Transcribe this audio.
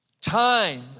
Time